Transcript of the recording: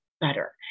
better